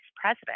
president